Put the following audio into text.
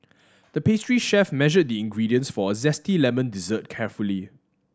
the pastry chef measured the ingredients for a zesty lemon dessert carefully